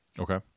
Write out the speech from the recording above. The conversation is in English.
Okay